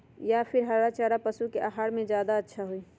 या फिर हरा चारा पशु के आहार में ज्यादा अच्छा होई?